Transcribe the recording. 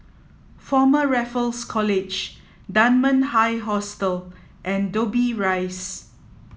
Former Raffles College Dunman High Hostel and Dobbie Rise